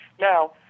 Now